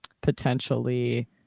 potentially